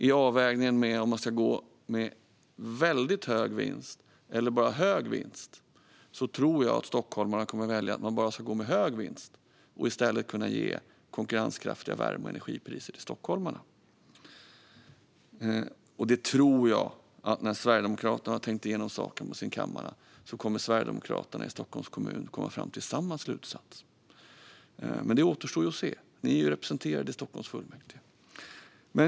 I avvägningen mellan att gå med mycket hög vinst eller bara hög vinst tror jag att stockholmarna kommer att välja att gå med hög vinst och i stället ge konkurrenskraftiga värme och energipriser till stockholmarna. Jag tror att när Sverigedemokraterna har tänkt igenom saken på sin kammare kommer Sverigedemokraterna i Stockholms kommun att komma fram till samma slutsats. Men det återstår att se. Ni är representerade i Stockholms fullmäktige.